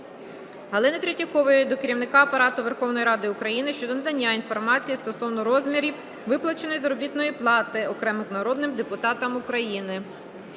Галини Третьякової до Керівника Апарату Верховної Ради України щодо надання інформації стосовно розмірів виплаченої заробітної плати окремим народним депутатам України.